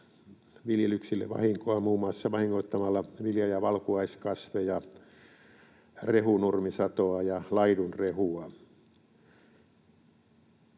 viljelyksille vahinkoa muun muassa vahingoittamalla vilja- ja valkuaiskasveja, rehunurmisatoa ja laidunrehua.